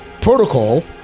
Protocol